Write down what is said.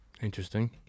Interesting